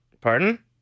Pardon